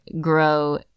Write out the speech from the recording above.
grow